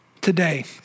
Today